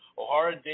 O'Hara